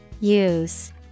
Use